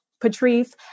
Patrice